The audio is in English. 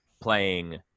playing